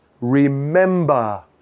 remember